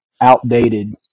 outdated